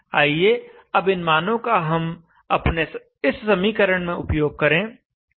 आइए अब इन मानों का हम अपने इस समीकरण में उपयोग करें